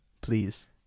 Please